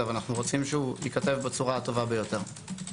אנו רוצים שייכתב בצורה הטובה ביותר.